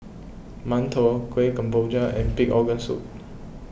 Mantou Kuih Kemboja and Pig Organ Soup